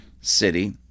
city